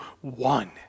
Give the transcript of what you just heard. one